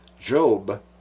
Job